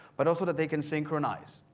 but also that they can synchronize.